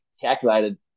calculated